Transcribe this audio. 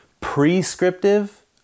prescriptive